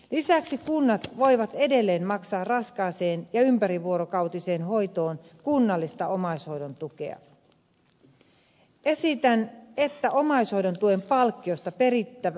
lisäksi kunnat voivat edelleen maksaa raskaaseen ja ympärivuorokautiseen hoitoon kunnallista omaishoidon tukea